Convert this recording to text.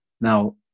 Now